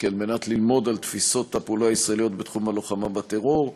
על מנת ללמוד על תפיסות הפעולה הישראליות בתחום הלוחמה בטרור.